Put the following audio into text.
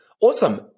Awesome